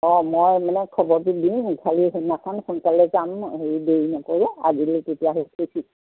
অ মই মানে খবৰটো দিম খালী সেইদিনাখন সোনকালে যাম হেৰি দেৰি নকৰোঁ আজিলৈ তেতিয়া সেই ঠিক